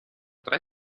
tre